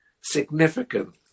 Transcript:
significant